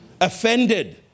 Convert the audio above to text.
offended